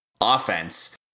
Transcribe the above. offense